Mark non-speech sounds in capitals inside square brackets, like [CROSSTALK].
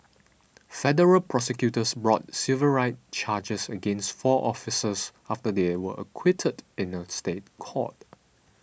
[NOISE] federal prosecutors brought civil rights charges against four officers after they were acquitted in a State Court [NOISE]